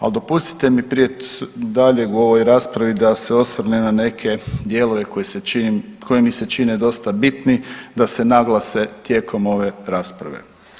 Al dopustite mi prije dalje u ovoj raspravi da se osvrnem na neke dijelove koje mi se čine dosta bitni, da se naglase tijekom ove rasprave.